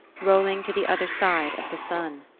rolling to the other side of the sun.